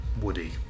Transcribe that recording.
Woody